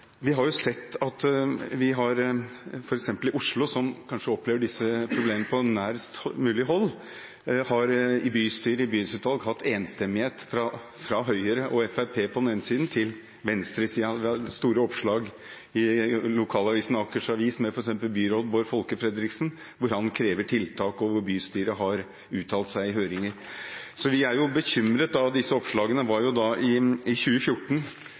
Vi har sett at f.eks. i Oslo, som kanskje opplever disse problemene på nærest mulig hold, har det i bystyre og i bydelsutvalg vært enstemmighet fra Høyre og Fremskrittspartiet på den ene siden til venstresiden på den andre. Det har vært store oppslag i lokalavisene, f.eks. i Akers Avis, hvor byråd Folke Fredriksen krevde tiltak, og bystyret uttalte seg i høringer. Disse oppslagene var i 2014, så vi er bekymret for hvordan Høyre følger opp dette i regjering. Et problem som representanten Toskedal var